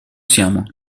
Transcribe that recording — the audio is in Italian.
siamo